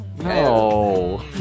No